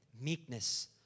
meekness